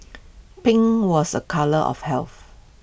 pink was A colour of health